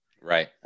Right